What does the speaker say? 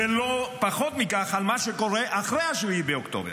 ולא פחות מכך על מה שקורה אחרי 7 באוקטובר.